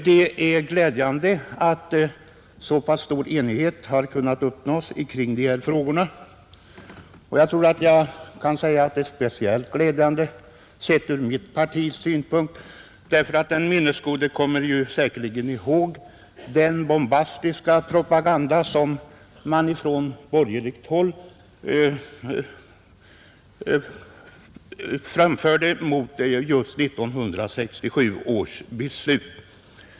Det är glädjande att så pass stor enighet har kunnat uppnås kring dessa frågor, och jag kan väl säga att det är speciellt glädjande sett från mitt partis synpunkt. Den minnesgode kommer säkert ihåg den bombastiska propaganda som fördes från borgerligt håll just mot 1967 års beslut.